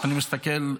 אני מסתכל,